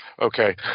okay